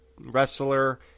wrestler